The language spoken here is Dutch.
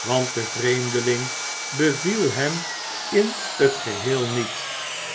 want de vreemdeling beviel hem in het geheel niet